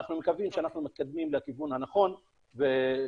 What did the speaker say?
אנחנו מקווים שאנחנו מתקדמים לכיוון הנכון ושהממשלה